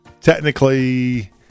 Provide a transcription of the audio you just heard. Technically